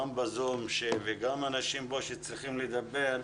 גם ב-זום וגם אנשים שנמצאים כאן ורוצים לדבר,